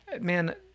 man